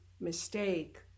mistake